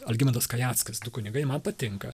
algimantas kajackas du kunigai man patinka